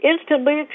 instantly